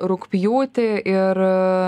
rugpjūtį ir